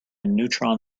neutron